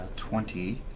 twenty.